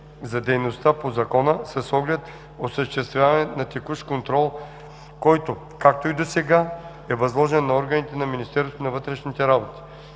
за дейностите по закона, с оглед осъществяване на текущ контрол, който, както и досега, е възложен на органите на Министерството на вътрешните работи.